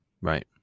Right